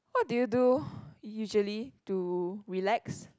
what do you do usually to relax